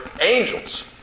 angels